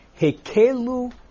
hekelu